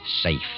safe